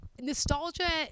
Nostalgia